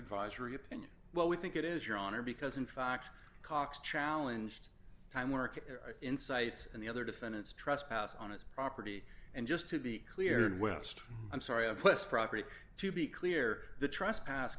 advisory opinion well we think it is your honor because in fact cox challenge to time work and insights and the other defendants trespass on his property and just to be clear and west i'm sorry a quest property to be clear the trespass